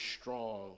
strong